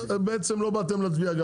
רק מינהל הרכש לא עוסק בייבוא כלי